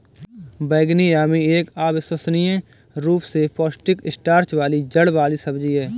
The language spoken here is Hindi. बैंगनी यामी एक अविश्वसनीय रूप से पौष्टिक स्टार्च वाली जड़ वाली सब्जी है